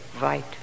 right